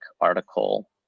article